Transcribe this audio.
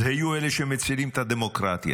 אז הֱיו אלה שמצילים את הדמוקרטיה.